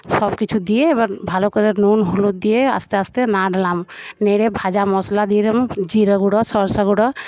সব কিছু দিয়ে এবার ভালো করে নুন হলুদ দিয়ে আস্তে আস্তে নাড়লাম নেড়ে ভাজা মশলা দিলাম জিরে গুঁড়ো সর্ষে গুঁড়ো